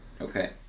Okay